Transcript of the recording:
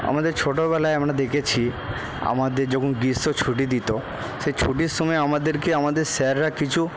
আমাদের ছোটোবেলায় আমরা দেখেছি আমাদের যখন গ্রীষ্মর ছুটি দিতো সেই ছুটির সময় আমাদেরকে আমাদের স্যাররা কিছু